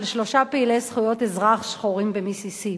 שלושה פעילי זכויות אזרח שחורים במיסיסיפי.